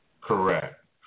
Correct